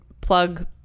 plug